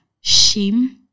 Shame